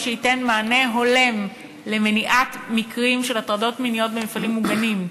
שייתן מענה הולם למניעת מקרים של הטרדות מיניות במפעלים מוגנים.